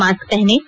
mask पहनें